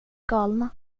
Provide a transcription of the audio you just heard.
galna